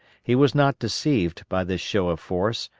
he was not deceived by this show of force,